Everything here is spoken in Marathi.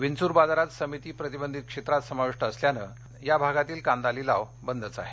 विंचूर बाजार समिती प्रतिबंधित क्षेत्रात समाविष्ट असल्याने या भागातील कांदा लिलाव बंदच आहेत